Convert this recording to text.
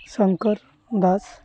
Shankar Das